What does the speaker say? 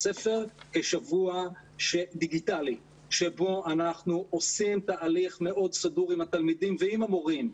כשבוע דיגיטלי שבו אנחנו עושים תהליך מאוד סדור עם התלמידים ועם המורים,